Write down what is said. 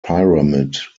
pyramid